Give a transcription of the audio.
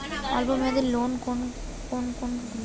অল্প মেয়াদি লোন কোন কোনগুলি?